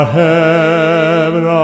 heaven